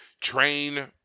train